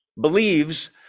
believes